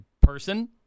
person